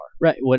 Right